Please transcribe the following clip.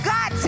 God